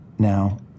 Now